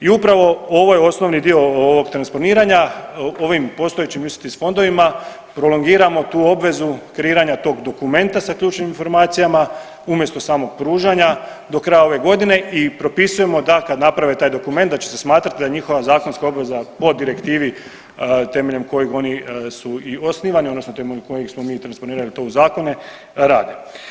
I upravo ovo je osnovni dio ovog transponiranja, ovim postojećim UCITS fondovima prolongiramo tu obvezu kreiranja tog dokumenta sa ključnim informacijama umjesto samog pružanja do kraja ove godine i propisujemo da kad naprave taj dokument da će se smatrat da je njihova zakonska obveza po direktivi temeljem kojih oni su i osnivani odnosno temeljem kojih smo mi transponirali to u zakone rade.